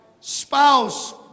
spouse